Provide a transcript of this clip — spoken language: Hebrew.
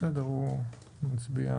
הצבעה